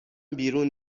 بیرون